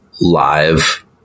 live